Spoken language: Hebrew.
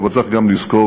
אבל צריך גם לזכור,